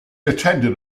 attended